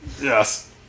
Yes